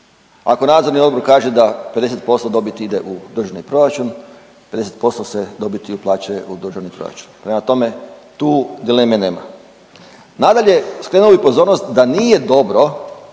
Ako nadzorni odbor kaže da 50% dobiti ide u državni proračuna, 50% dobiti se uplaćuje u državni proračun, prema tome, tu dileme nema. Nadalje, skrenuo bih pozornost da nije dobro